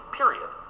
period